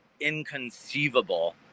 inconceivable